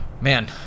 man